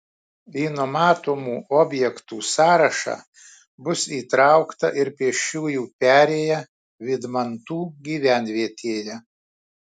į numatomų objektų sąrašą bus įtraukta ir pėsčiųjų perėja vydmantų gyvenvietėje